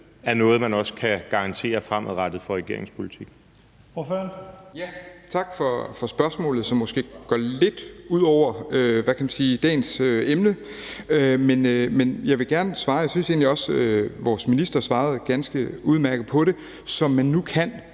er noget, man også kan garantere fremadrettet vil være en del